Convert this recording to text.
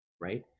right